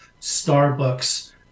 Starbucks